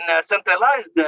centralized